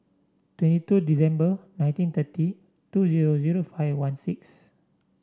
twenty two December nineteen thirty two zero zero five one six